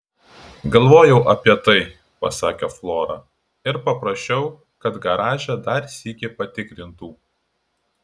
galvojau apie tai pasakė flora ir paprašiau kad garaže dar sykį patikrintų